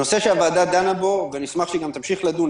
זה נושא שהוועדה דנה בו ונשמח שהיא גם תמשיך לדון.